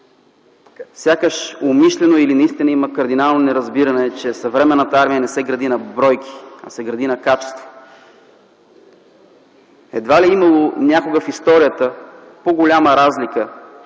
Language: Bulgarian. Сякаш умишлено или наистина има кардинално неразбиране, че съвременната армия не се гради на бройки, а на качество. Едва ли е имало някога в историята по-голяма разлика